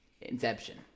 Inception